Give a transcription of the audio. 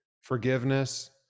forgiveness